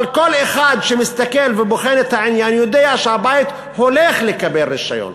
אבל כל אחד שמסתכל ובוחן את העניין יודע שהבית הולך לקבל רישיון,